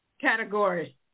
category